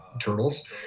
turtles